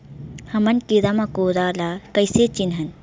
हमन कीरा मकोरा ला कइसे चिन्हन?